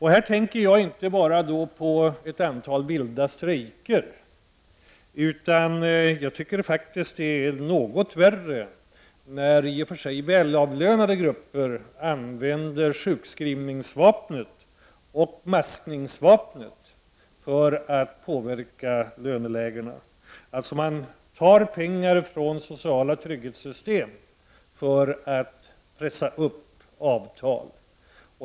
Här tänker jag inte bara på ett antal vilda strejker, utan jag tycker faktiskt att det är något värre när i och för sig välavlönade grupper använder sjukskrivningsvapnet och maskningsvapnet för att påverka lönelägena. Man tar pengar från sociala trygghetssystem för att pressa upp avtal.